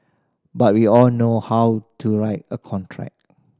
but we all know how to write a contract